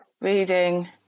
reading